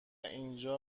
اینجا